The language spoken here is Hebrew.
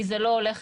כי זה לא הולך